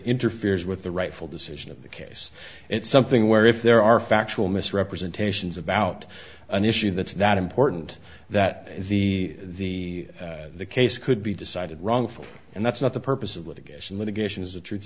interferes with the rightful decision of the case it's something where if there are factual misrepresentations about an issue that's not important that the case could be decided wrongful and that's not the purpose of litigation litigation is the truth